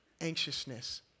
anxiousness